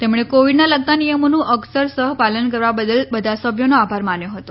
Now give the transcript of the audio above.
તેમણે કોવિડના લગતા નિયમોનું અક્ષરસહ પાલન કરવા બદલ બધા સભ્યોનો આભાર માન્યો હતો